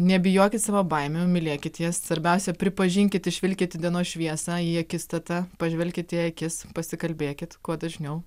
nebijokit savo baimių mylėkit jas svarbiausia pripažinkit išvilkit į dienos šviesą į akistatą pažvelkit į akis pasikalbėkit kuo dažniau